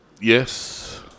yes